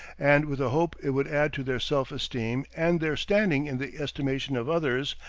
and with a hope it would add to their self-esteem and their standing in the estimation of others,